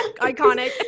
Iconic